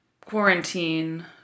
quarantine